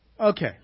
Okay